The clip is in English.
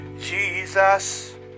Jesus